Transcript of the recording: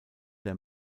der